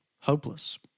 hopeless